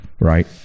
right